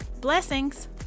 Blessings